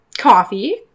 Coffee